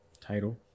title